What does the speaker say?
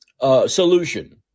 solution